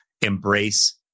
embrace